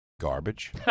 Garbage